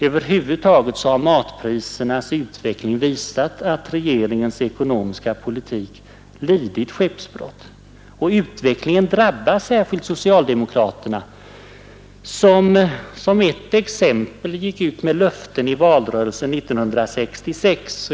Över huvud taget har matprisernas utveckling visat att regeringens ekonomiska politik lidit skeppsbrott. Utvecklingen drabbar särskilt socialdemokraterna, som för att ta ett exempel gick ut med löften i valrörelsen 1966.